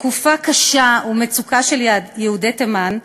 בתקופה קשה ומצוקה של יהודי תימן,